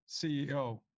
CEO